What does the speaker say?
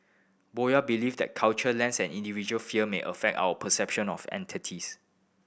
Boyd believe that cultural lens and individual fear may affect our perception of entities